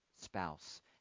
spouse